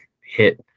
hit